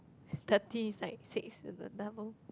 thirty is like six with a double